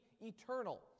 eternal